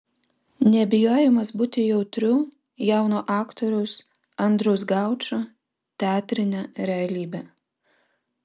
nebijojimas būti jautriu jauno aktoriaus andriaus gaučo teatrinė realybė